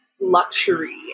luxury